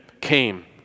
came